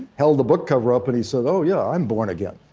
held the book cover up, and he said, oh, yeah, i'm born again.